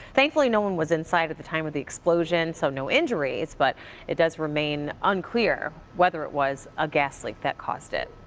thankfully, no one was inside at the time of the explosion. so no injuries, but it remains unclear whether it was a gas leak that caused it.